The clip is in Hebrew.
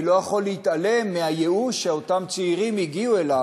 אני לא יכול להתעלם מהייאוש שאותם צעירים הגיעו אליו,